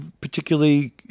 particularly